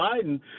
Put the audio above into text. Biden